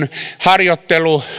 harjoittelu